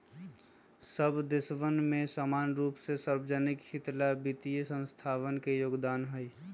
सब देशवन में समान रूप से सार्वज्निक हित ला वित्तीय संस्थावन के योगदान हई